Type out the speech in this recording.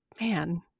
man